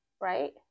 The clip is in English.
Right